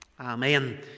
Amen